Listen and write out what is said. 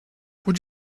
would